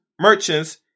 merchants